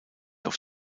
auf